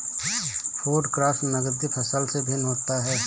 food crops नगदी फसल से भिन्न होता है